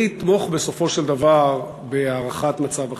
אני אתמוך בסופו של דבר בהארכת מצב החירום,